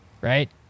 Right